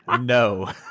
No